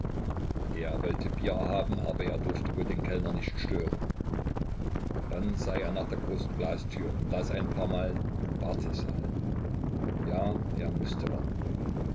er wollte bier haben aber er durfte wohl den kellner nicht stören dann sah er nach der großen glastür und las ein paar mal wartesaal ja er mußte warten